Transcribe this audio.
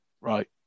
right